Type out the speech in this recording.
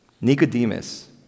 Nicodemus